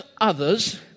others